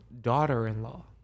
daughter-in-law